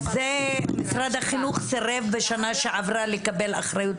משרד החינוך סירב בשנה שעברה לקבל אחריות